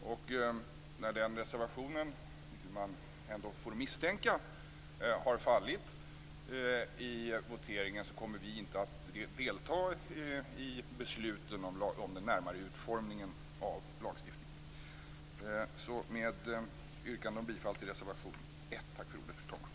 När den reservationen har fallit i voteringen, vilket jag misstänker att den gör, kommer vi inte att delta i besluten om den närmare utformningen av lagstiftningen. Jag yrkar alltså bifall till reservation 1. Tack för ordet fru talman.